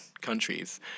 countries